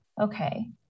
Okay